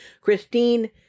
christine